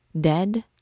Dead